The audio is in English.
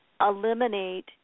eliminate